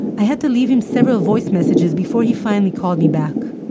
i had to leave him several voice messages before he finally called me back.